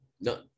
no